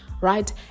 right